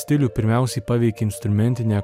stilių pirmiausiai paveikė instrumentinė